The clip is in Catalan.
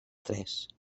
tres